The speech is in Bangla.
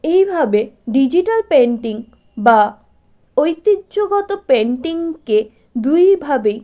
এইভাবে ডিজিটাল পেন্টিং বা ঐতিহ্যগত পেন্টিংকে দুইভাবেই